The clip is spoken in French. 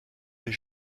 les